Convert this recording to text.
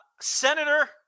Senator